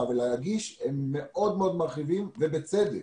ולהגיש הם מאוד מאוד מרחיבים ובצדק.